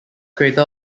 crater